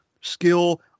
skill